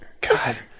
God